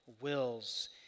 wills